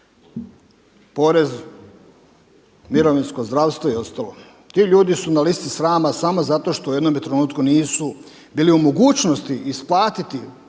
porez, mirovinsko, zdravstvo i ostalo, ti ljudi su na listi srama samo zato što u jednome trenutku nisu bili u mogućnosti isplatiti